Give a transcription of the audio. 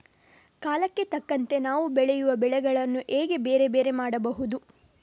ಕಾಲಕ್ಕೆ ತಕ್ಕಂತೆ ನಾವು ಬೆಳೆಯುವ ಬೆಳೆಗಳನ್ನು ಹೇಗೆ ಬೇರೆ ಬೇರೆ ಮಾಡಬಹುದು?